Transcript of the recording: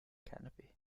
canopy